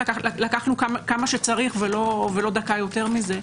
לקחנו כמה שצריך ולא דקה יותר מזה.